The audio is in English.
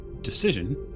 decision